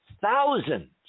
thousands